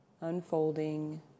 unfolding